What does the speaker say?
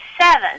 Seven